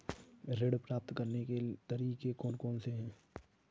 ऋण प्राप्त करने के तरीके कौन कौन से हैं बताएँ?